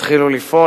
יתחילו לפעול.